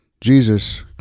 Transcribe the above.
Jesus